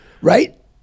Right